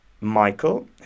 Michael